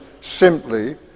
simply